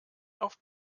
auf